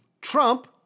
Trump